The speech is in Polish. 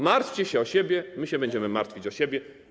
Martwcie się o siebie, my się będziemy martwić o siebie.